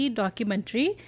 documentary